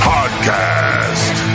Podcast